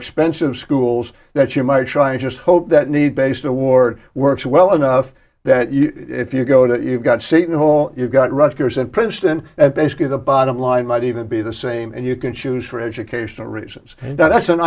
expensive schools that you might try and just hope that need based award works well enough that you if you go that you've got to say to the whole you've got rutgers and princeton and basically the bottom line might even be the same and you can choose for educational reasons and that's an